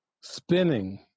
spinning